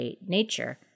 Nature